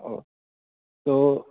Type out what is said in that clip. ओ so